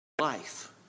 life